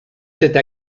cette